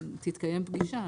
תתקיים פגישה,